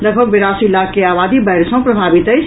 लगभग बेरासी लाख के आबादी बाढ़ि सँ प्रभावित अछि